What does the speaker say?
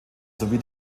sowie